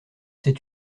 sais